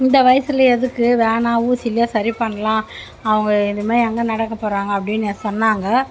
இந்த வயசுல எதுக்கு வேணாம் ஊசிலேயே சரி பண்ணலாம் அவங்க இனிமே எங்கே நடக்க போகிறாங்க அப்படின்னு சொன்னாங்க